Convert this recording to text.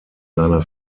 seiner